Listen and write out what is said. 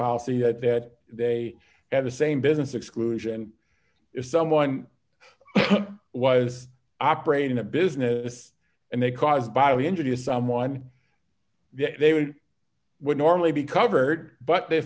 policy that they have the same business exclusion if someone was operating a business and they caused by introduce someone they would would normally be covered but the